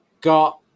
got